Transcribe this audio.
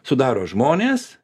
sudaro žmonės